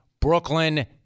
Brooklyn